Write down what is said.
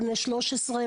בני ה-13,